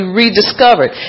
rediscovered